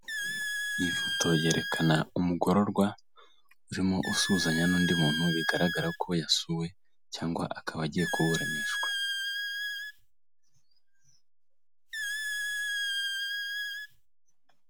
Iyi foto yerekana umugororwa urimo usuhuzanya n'undi muntu bigaragara ko yasuwe cyangwa akaba agiye kuburanishwa.